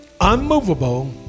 unmovable